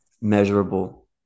measurable